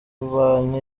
bamwe